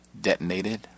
detonated